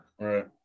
Right